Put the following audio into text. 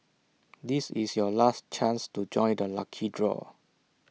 this is your last chance to join the lucky draw